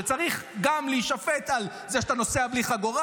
שצריך גם להישפט על זה שאתה נוסע בלי חגורה,